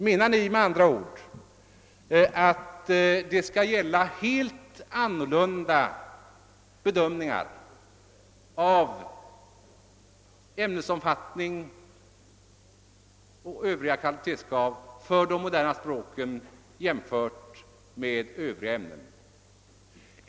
Menar ni med andra ord att det skall gälla helt andra bedömningar beträffande ämnesomfattning och övriga kvalitetskrav för de moderna språken än för övriga ämnen?